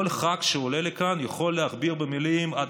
כל ח"כ שעולה לכאן יכול להכביר מילים על עד